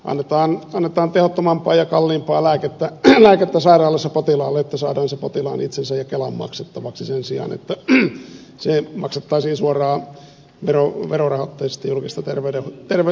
annetaan tehottomampaa ja kalliimpaa lääkettä sairaalassa potilaalle että saadaan se potilaan itsensä ja kelan maksettavaksi sen sijaan että se maksettaisiin suoraan verorahoitteisesti julkisesta terveydenhuollosta